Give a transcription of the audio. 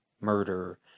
murder